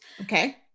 Okay